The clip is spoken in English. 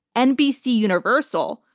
nbc universal,